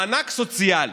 מענק סוציאלי,